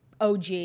OG